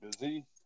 busy